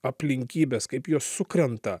aplinkybės kaip jos sukrenta